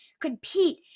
compete